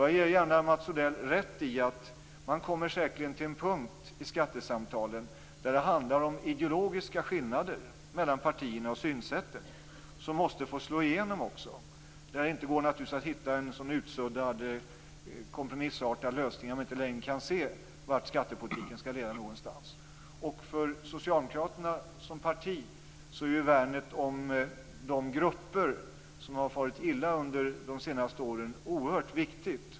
Jag ger gärna Mats Odell rätt i att man säkerligen kommer till en punkt i skattesamtalen där det handlar om ideologiska skillnader mellan partier och synsätt som också måste få slå igenom. Det går naturligtvis inte att hitta en utsuddad kompromissartad lösning om man inte längre kan se vart skattepolitiken skall leda någonstans. För socialdemokraterna som parti är värnandet om de grupper som har farit illa under de senaste åren oerhört viktigt.